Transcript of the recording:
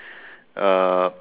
uh